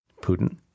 Putin